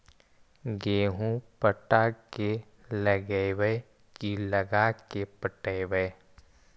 गेहूं पटा के लगइबै की लगा के पटइबै?